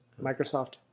Microsoft